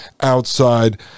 outside